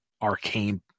arcane